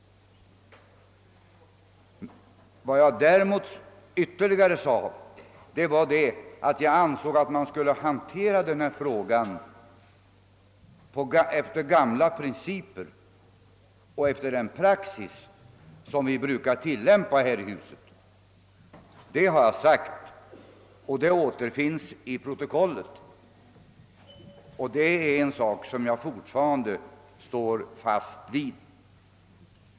Vad jag däremot sade var, att jag ansåg att denna fråga skulle hanteras enligt gamla principer och enligt den praxis som vi brukar tillämpa här i huset. Det har jag sagt, det återfinns i protokollet och det är en sak som jag fortfarande står fast vid.